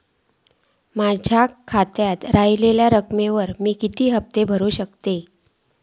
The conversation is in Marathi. माझ्या खात्यात रव्हलेल्या रकमेवर मी किती हफ्ते भरू शकतय?